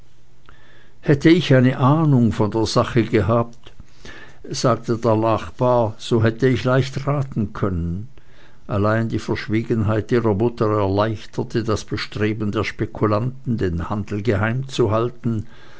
hätte ich eine ahnung von der sachlage gehabt sagte nun der nachbar so hätte ich leicht raten können allein die verschwiegenheit ihrer mutter erleichterte das bestreben der spekulanten den handel geheimzuhalten